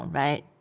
right